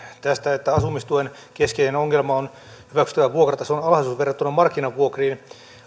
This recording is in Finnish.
että asumistuen keskeinen ongelma on hyväksyttävän vuokratason alhaisuus verrattuna markkinavuokriin